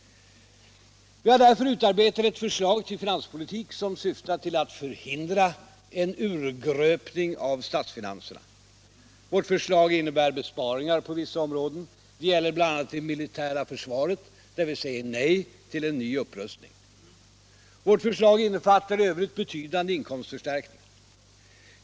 Vi har därför utarbetat ett förslag till finanspolitik, som syftar till att förhindra en urgröpning av statsfinanserna. Vårt förslag innebär besparingar på vissa områden. Det gäller bl.a. det militära försvaret, där vi säger nej till en ny upprustning. Vårt förslag innefattar i övrigt betydande inkomstförstärkningar.